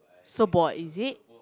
so bored is it